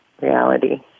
reality